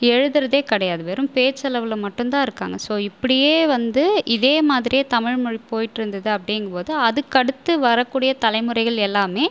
எழுதுறதே கிடையாது வெறும் பேச்சளவில் மட்டும்தான் இருக்காங்க ஸோ இப்படியே வந்து இதேமாதிரியே தமிழ்மொழி போயிட்டு இருந்துது அப்படிங்கும்போது அதற்கடுத்து வரக்கூடிய தலைமுறைகள் எல்லாமே